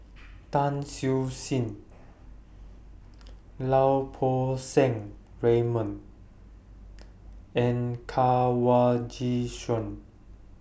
Tan Siew Sin Lau Poo Seng Raymond and Kanwaljit Soin